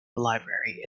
library